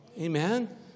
Amen